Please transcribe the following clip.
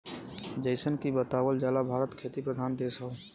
जइसन की बतावल जाला भारत खेती प्रधान देश हौ